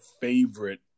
favorite